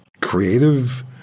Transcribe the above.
creative